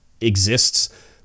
exists